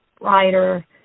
writer